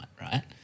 right